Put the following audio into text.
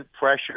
pressure